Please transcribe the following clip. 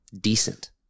decent